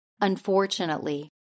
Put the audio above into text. Unfortunately